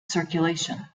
circulation